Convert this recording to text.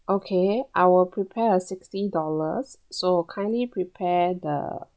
okay I'll prepare a sixty dollars so kindly prepare the